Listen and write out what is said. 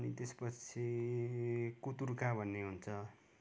अनि त्यसपछि कुथुर्के भन्ने हुन्छ